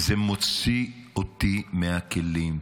וזה מוציא אותי מהכלים,